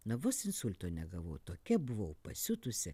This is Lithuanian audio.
na vos insulto negavau tokia buvau pasiutusi